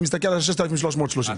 אני מסתכל על ה- 6,330 ₪?